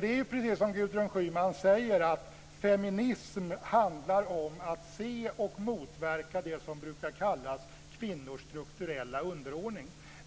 Det är precis som Gudrun Schyman säger, att feminism handlar om att se och motverka det som brukar kallas kvinnors strukturella underordning.